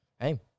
Hey